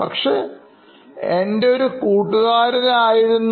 പക്ഷേ എൻറെ ഒരു കൂട്ടുകാരൻ ആയിരുന്നു